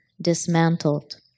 dismantled